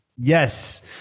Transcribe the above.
Yes